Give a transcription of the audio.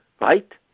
Right